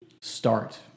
start